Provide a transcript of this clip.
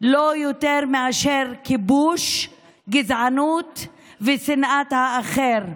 לא יותר מאשר כיבוש, גזענות ושנאת האחר.